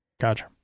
Gotcha